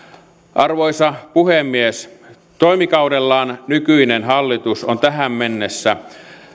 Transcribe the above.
arvoisa puhemies toimikaudellaan nykyinen hallitus on tähän mennessä